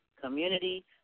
community